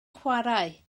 chwarae